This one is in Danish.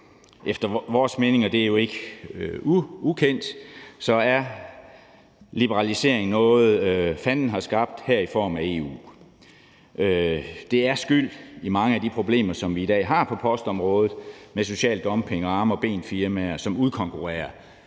Efter vores mening, og det er jo ikke ukendt, er liberalisering noget, fanden har skabt, her i form af EU. Det er skyld i mange af de problemer, som vi i dag har på postområdet, med social dumping og arme og ben-firmaer, som udkonkurrerer